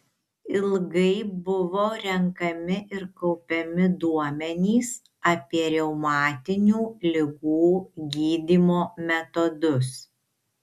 ilgai buvo renkami ir kaupiami duomenys apie reumatinių ligų gydymo metodus